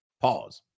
Pause